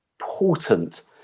important